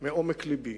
מעומק לבי: